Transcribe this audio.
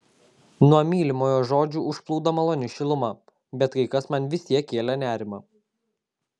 nuo mylimojo žodžių užplūdo maloni šiluma bet kai kas man vis tiek kėlė nerimą